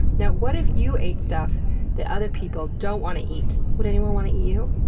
now, what if you ate stuff that other people don't want to eat. would anyone want to eat you?